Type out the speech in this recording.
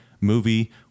movie